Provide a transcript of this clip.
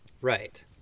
Right